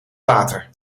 water